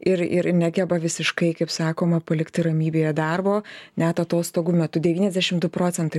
ir ir negeba visiškai kaip sakoma palikti ramybėje darbo net atostogų metu devyniasdešimt du procentai